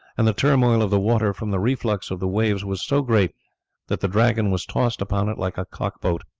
and the turmoil of the water from the reflux of the waves was so great that the dragon was tossed upon it like a cock-boat,